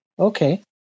Okay